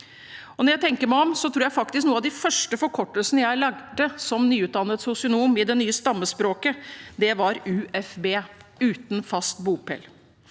Når jeg tenker meg om, tror jeg faktisk en av de første forkortelsene jeg som nyutdannet sosionom lærte i det nye stammespråket, var UFB – uten fast bopel.